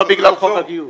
לא בגלל חוק הגיוס.